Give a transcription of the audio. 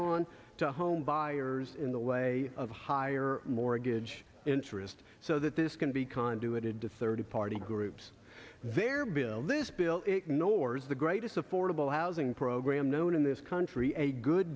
on to home buyers in the way of higher mortgage interest so that this can be conduit into third party groups their bill this bill ignores the greatest affordable housing program known in this country a good